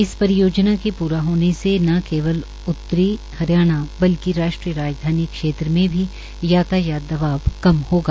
इस परियोजना के पूरा होनेसे ने केवल उत्तरी हरियाणा बल्कि राष्ट्रीय राजधानी क्षेत्र में भी यातायात दबाब कम होगा